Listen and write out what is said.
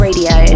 Radio